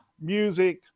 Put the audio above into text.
music